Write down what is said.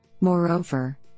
Moreover